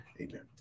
Amen